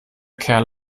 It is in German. kerl